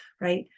right